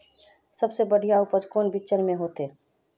सबसे बढ़िया उपज कौन बिचन में होते?